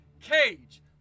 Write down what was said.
Cage